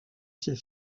ses